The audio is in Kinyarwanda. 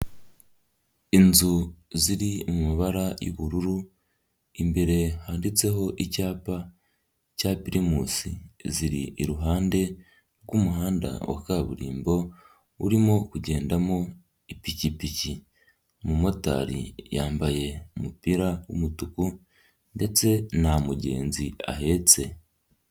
Inzu ziri mu mabara y'ubururu, imbere handitseho icyapa cya pirimusi, ziri iruhande rw'umuhanda wa kaburimbo, urimo kugendamo ipikipiki, umumotari yambaye umupira w'umutuku ndetse na mugenzi ahetse.